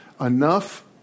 enough